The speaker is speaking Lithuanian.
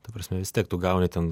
ta prasme vis tiek tu gauni ten